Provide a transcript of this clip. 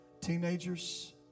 teenagers